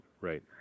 right